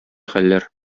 хәлләр